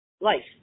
Life